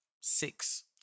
six